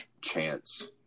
chance